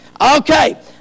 Okay